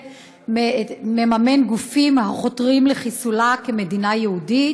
מממן גופים החותרים לחיסולה כמדינה יהודית?